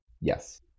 Yes